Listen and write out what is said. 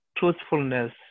Truthfulness